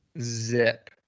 Zip